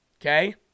Okay